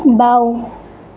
বাওঁ